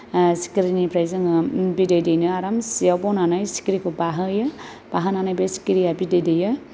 सिखिरिनिफ्राय जोङो बिदै दैनो आराम जियाव बनानै सिखिरिखौ बाहोयो बाहोनानै बे सिखिरिया बिदै दैयो